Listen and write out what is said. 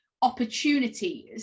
opportunities